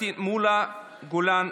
פטין מולא ומאי גולן,